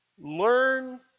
learn